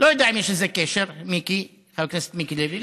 לא יודע אם יש לזה קשר, חבר הכנסת מיקי לוי.